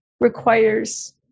requires